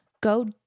go